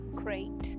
great